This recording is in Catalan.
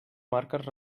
marques